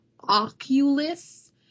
Oculus